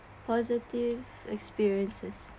positive experiences